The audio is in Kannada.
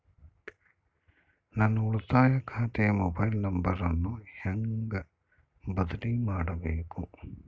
ನನ್ನ ಉಳಿತಾಯ ಖಾತೆ ಮೊಬೈಲ್ ನಂಬರನ್ನು ಹೆಂಗ ಬದಲಿ ಮಾಡಬೇಕು?